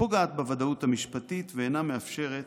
פוגעת בוודאות המשפטית ואינה מאפשרת